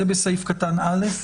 זה בסעיף קטן (א)?